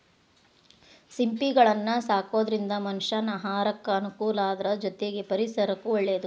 ಸಿಂಪಿಗಳನ್ನ ಸಾಕೋದ್ರಿಂದ ಮನಷ್ಯಾನ ಆಹಾರಕ್ಕ ಅನುಕೂಲ ಅದ್ರ ಜೊತೆಗೆ ಪರಿಸರಕ್ಕೂ ಒಳ್ಳೇದು